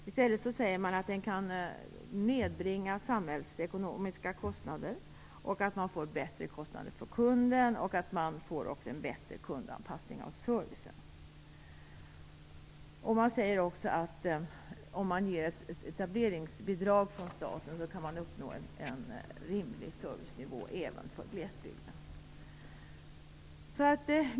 I stället säger man att den kan nedbringa samhällsekonomiska kostnader, att kostnaderna för kunden blir bättre och att kundanpassningen av servicen blir bättre. Man säger också att ett etableringsbidrag från staten kan innebära en rimlig servicenivå även för glesbygden.